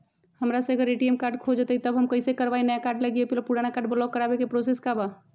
हमरा से अगर ए.टी.एम कार्ड खो जतई तब हम कईसे करवाई नया कार्ड लागी अपील और पुराना कार्ड ब्लॉक करावे के प्रोसेस का बा?